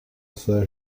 公司